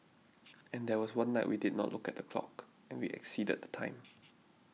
and there was one night we did not look at the clock and we exceeded the time